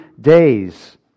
days